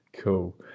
cool